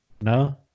No